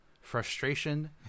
frustration